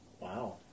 wow